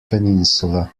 peninsula